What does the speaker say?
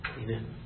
Amen